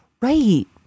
right